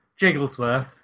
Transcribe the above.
Jigglesworth